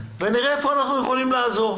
ונראה איפה אנחנו יכולים לעזור.